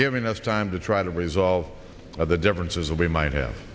giving us time to try to resolve the differences we might have